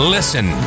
Listen